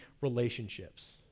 relationships